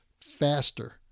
faster